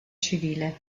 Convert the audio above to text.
civile